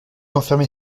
enfermer